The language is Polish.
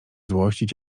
złościć